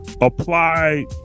apply